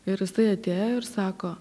ir jisai atėjo ir sako